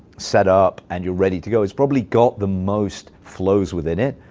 set up and you're ready to go, it's probably got the most flows within it,